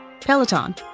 Peloton